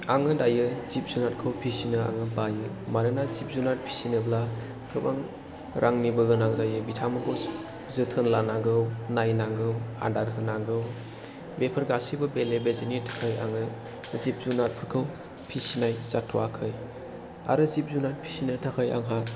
आङो दायो जिब जुनारखौ फिसिनो आङो बायो मानोना जिब जुनार फिसिनोब्ला गोबां रांनिबो गोनां जायो बिथांमोनखौ जोथोन लानांगौ नायनांगौ आदार होनांगौ बेफोर गासैबो बेले बेजेनि थाखाय आङो जिब जुनारफोरखौ फिसिनाय जाथ'वाखै आरो जिब जुनार फिसिनो थाखाय आंहा